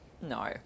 no